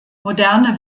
moderne